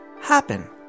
happen